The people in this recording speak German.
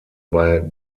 bei